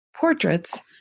portraits